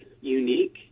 unique